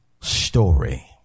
Story